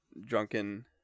drunken